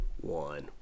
one